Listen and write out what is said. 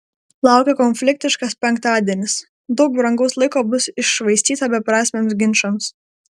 laukia konfliktiškas penktadienis daug brangaus laiko bus iššvaistyta beprasmiams ginčams